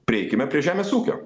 prieikime prie žemės ūkio